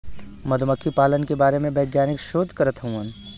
मधुमक्खी पालन के बारे में वैज्ञानिक शोध करत हउवन